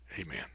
Amen